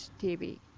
TV